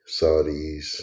Saudis